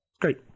Great